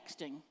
texting